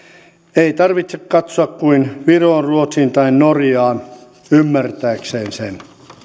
ei tarvitse katsoa kuin viroon ruotsiin tai norjaan ymmärtääkseen sen